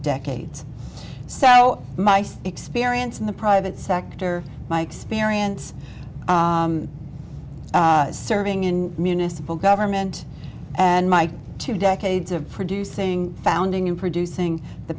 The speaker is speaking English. decades sal my experience in the private sector my experience serving in municipal government and my two decades of producing founding in producing the